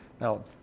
Now